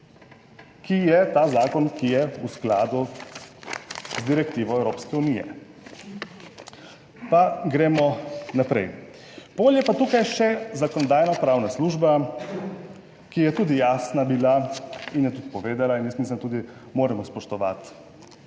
Ki je ta zakon, ki je v skladu z direktivo Evropske unije. Pa gremo naprej. Potem je pa tukaj še Zakonodajno-pravna služba, ki je tudi jasna bila in je tudi povedala in jaz mislim, da moramo spoštovati